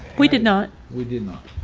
we did not. we did not.